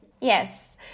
Yes